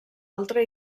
altra